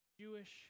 Jewish